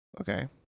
Okay